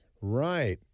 Right